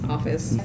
office